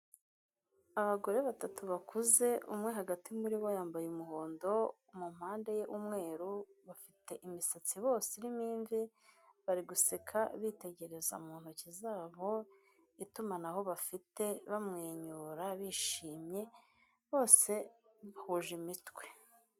Abagore batatu bakuze umwe hagati muri bo yambaye umuhondo mu mpande ye umweru, bafite imisatsi bose irimo imvi, bari guseka bitegereza mu ntoki zabo itumanaho bafite bamwenyura, bishimye bose bahuje imitwe.